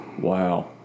Wow